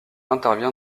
intervient